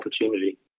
opportunity